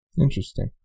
Interesting